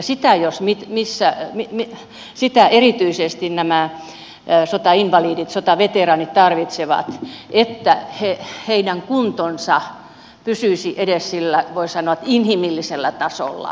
sitä jos jotain erityisesti nämä sotainvalidit sotaveteraanit tarvitsevat sitä että heidän kuntonsa pysyisi edes sillä voisi sanoa inhimillisellä tasolla